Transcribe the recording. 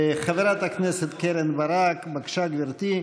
חברת הכנסת קרן ברק, בבקשה, גברתי.